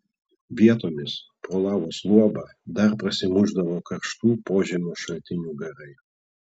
vietomis pro lavos luobą dar prasimušdavo karštų požemio šaltinių garai